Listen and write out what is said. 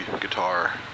guitar